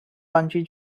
bungee